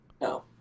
No